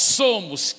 somos